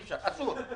אסור.